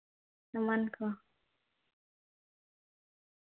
ᱥᱟᱢᱟᱱ ᱠᱚ